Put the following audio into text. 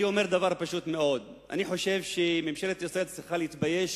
אני אומר דבר פשוט מאוד: אני חושב שממשלת ישראל צריכה להתבייש